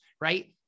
right